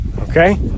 Okay